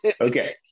Okay